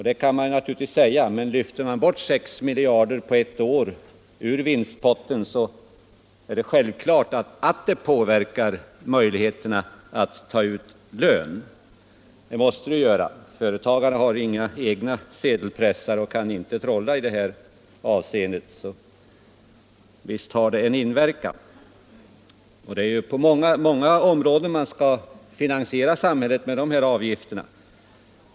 Det låter sig naturligtvis sägas, men lyfter man på ett år bort 6 miljarder ur vinst potten, är det självklart att det påverkar möjligheterna att ta ut lön. Det måste det göra. Företagare har inga egna sedelpressar och kan inte trolla i detta avseende. Det är många områden av samhällets verksamhet som skall finansieras med de här avgifterna.